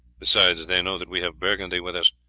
besides, they know that we have burgundy with us,